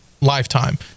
Lifetime